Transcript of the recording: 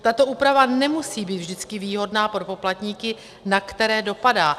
Tato úprava nemusí být vždycky výhodná pro poplatníky, na které dopadá.